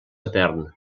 etern